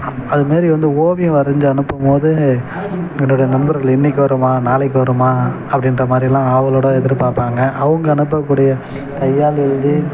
அதுமாதிரி வந்து ஓவியம் வரைஞ்சு அனுப்பும் போது என்னுடைய நண்பர்கள் இன்றைக்கி வருமா நாளைக்கு வருமா அப்படின்ற மாதிரிலாம் ஆவலோடு எதிர்பாப்பாங்க அவங்க அனுப்பக்கூடிய கையால் எழுதி